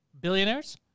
billionaires